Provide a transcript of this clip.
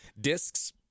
discs